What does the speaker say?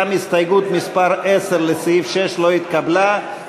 גם הסתייגות מס' 10 לסעיף 6 לא התקבלה.